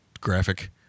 graphic